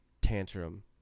tantrum